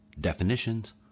definitions